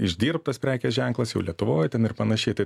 išdirbtas prekės ženklas jau lietuvoj ten ir panašiai tai